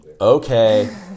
Okay